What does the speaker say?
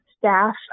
staff